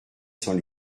sans